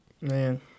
man